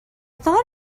thought